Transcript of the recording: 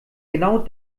genau